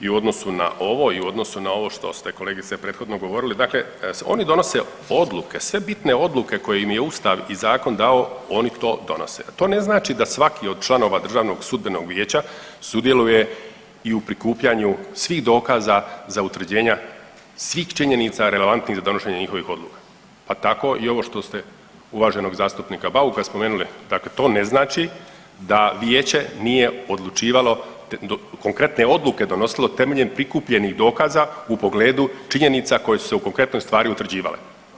I u odnosu na ovo i u odnosu na ovo što ste kolegice prethodno govorili dakle oni donose odluke, sve bitne odluke koje im je ustav i zakon dao oni to donose, a to ne znači da svaki od članova DSV-a sudjeluje i u prikupljanju svih dokaza za utvrđenja svih činjenica relevantnih za donošenje njihovih odluka, pa tako i ovo što ste uvaženog zastupnika Bauka spomenula dakle to ne znači da vijeće nije odlučivalo, konkretne odluke donosilo temeljem prikupljenih dokaza u pogledu činjenica koje su se u konkretnoj stvari utvrđivale.